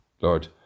Lord